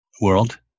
world